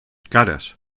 cares